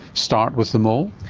start with a mole?